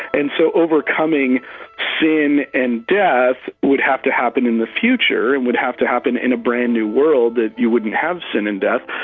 and so overcoming sin and death would have to happen in the future, and would have to happen in a brand new world where you wouldn't have sin and death,